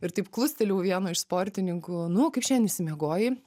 ir taip klustelėjau vieno iš sportininkų nu kaip šiandien išsimiegojai